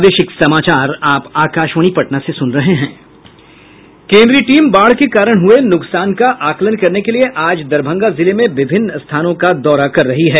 केन्द्रीय टीम बाढ़ के कारण हुये नुकसान का आंकलन करने के लिए आज दरभंगा जिले में विभिन्न स्थानों का दौरा कर रही है